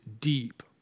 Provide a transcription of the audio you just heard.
deep